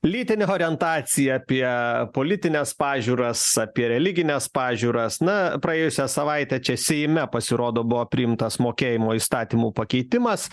lytinę orientaciją apie politines pažiūras apie religines pažiūras na praėjusią savaitę čia seime pasirodo buvo priimtas mokėjimo įstatymo pakeitimas